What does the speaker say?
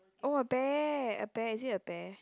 oh a bear a bear is it a bear